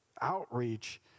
outreach